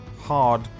Hard